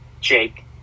Jake